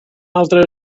altres